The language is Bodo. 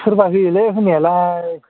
सोरबा होयोलै होनायालाय